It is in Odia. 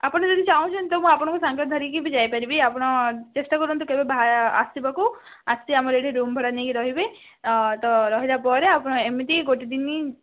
ଆପଣ ଯଦି ଚାହୁଁଛନ୍ତି ତ ଆପଣଙ୍କୁ ମୁଁ ସାଙ୍ଗରେ ଧରିକି ବି ଯାଇପାରିବି ଆପଣ ଚେଷ୍ଟା କରନ୍ତୁ କେବେ ଆସିବାକୁ ଆସିକି ଆମର ଏଠି ରୁମ୍ ଭଡ଼ା ନେଇକି ରହିବେ ତ ରହିଲାପରେ ଏମିତି ଗୋଟେ ଦିନ